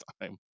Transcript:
time